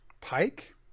pike